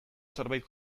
zerbait